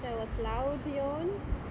that was loud